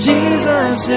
Jesus